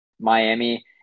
Miami